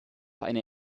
einer